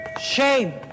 Shame